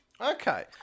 okay